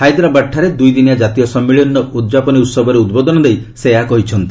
ହାଇଦ୍ରାବାଦ୍ଠାରେ ଦୁଇ ଦିନିଆ ଜାତୀୟ ସମ୍ମିଳନୀର ଉଦ୍ଯାପନୀ ଉହବରେ ଉଦ୍ବୋଧନ ଦେଇ ସେ ଏହା କହିଛନ୍ତି